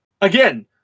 again